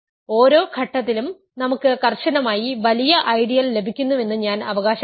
ഓരോ ഘട്ടത്തിലും നമുക്ക് കർശനമായി വലിയ ഐഡിയൽ ലഭിക്കുന്നുവെന്ന് ഞാൻ അവകാശപ്പെടുന്നു